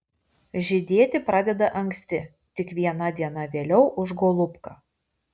žydėti pradeda anksti tik viena diena vėliau už golubką